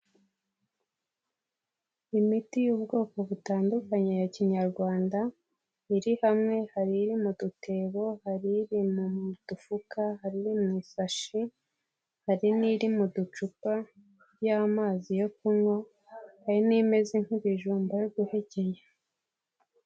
Imiti y'ubwoko butandukanye ya kinyarwanda, iri hamwe hari iri mu dutebo, hari iri mu mudufuka, hari iri mu isashi, hari n'iri mu ducupa y'amazi yo kunywa, hari n'imeze nk'ibijumba yo guhekenya.